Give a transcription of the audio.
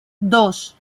dos